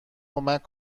کمک